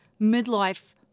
midlife